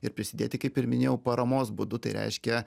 ir prisidėti kaip ir minėjau paramos būdu tai reiškia